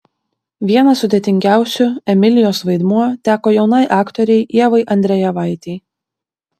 vienas sudėtingiausių emilijos vaidmuo teko jaunai aktorei ievai andrejevaitei